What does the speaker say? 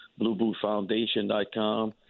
BlueBootFoundation.com